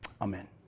Amen